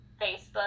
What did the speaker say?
Facebook